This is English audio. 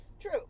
True